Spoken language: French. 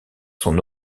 son